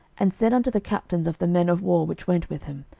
and said unto the captains of the men of war which went with him,